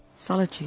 Solitude